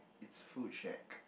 it's food shack